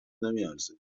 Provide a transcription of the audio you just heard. نمیارزه